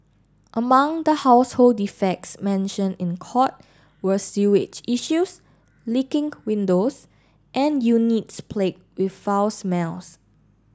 among the household defects mentioned in court were sewage issues leaking windows and units plagued with foul smells